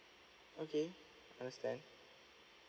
okay understand